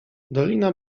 dolina